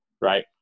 right